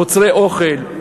מוצרי אוכל,